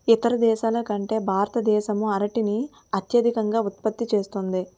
ఇతర దేశాల కంటే భారతదేశం అరటిని అత్యధికంగా ఉత్పత్తి చేస్తుంది